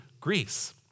Greece